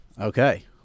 Okay